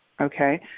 Okay